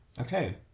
Okay